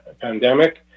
pandemic